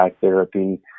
therapy